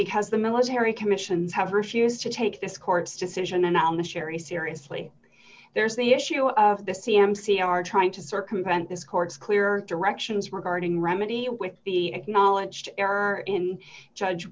because the military commissions have refused to take this court's decision and on the sherry seriously there's the issue of the c m c are trying to circumvent this court's clear directions regarding remedy with the acknowledged error in judge